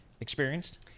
experienced